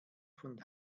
von